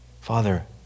Father